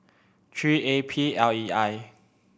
three A P L E I